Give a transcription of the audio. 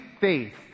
faith